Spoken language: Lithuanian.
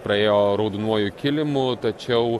praėjo raudonuoju kilimu tačiau